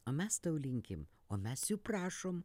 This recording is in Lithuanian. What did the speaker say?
o mes tau linkime o mes jų prašom